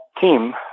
team